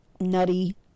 nutty